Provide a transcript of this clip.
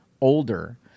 older